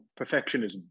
perfectionism